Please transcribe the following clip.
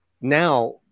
Now